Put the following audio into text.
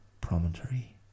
promontory